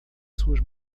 suas